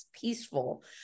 peaceful